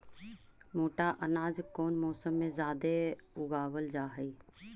मोटा अनाज कौन मौसम में जादे उगावल जा हई?